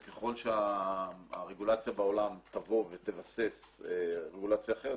וככל שהרגולציה בעולם תבוא ותבסס רגולציה אחרת,